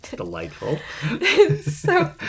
Delightful